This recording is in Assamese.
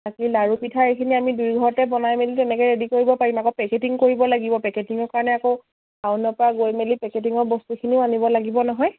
বাকী লাড়ু পিঠা এইখিনি আমি দুই ঘৰতে বনাই মেলি তেনেকে ৰেডি কৰিব পাৰিম আকৌ পেকেটিং কৰিব লাগিব পেকেটিঙৰ কাৰণে আকৌ টাউনৰ পৰা গৈ মেলি পেকেটিঙৰ বস্তুখিনিও আনিব লাগিব নহয়